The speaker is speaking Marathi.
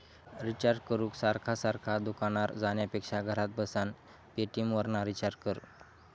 रिचार्ज करूक सारखा सारखा दुकानार जाण्यापेक्षा घरात बसान पेटीएमवरना रिचार्ज कर